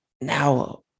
now